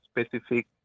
specific